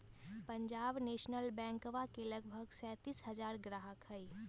Punjab national बैंकवा के लगभग सैंतीस लाख ग्राहक हई